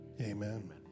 amen